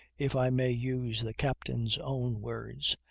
if i may use the captain's own words,